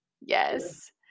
Yes